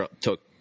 took